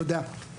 תודה.